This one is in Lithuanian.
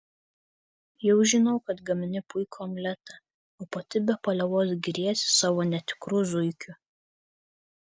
jau žinau kad gamini puikų omletą o pati be paliovos giriesi savo netikru zuikiu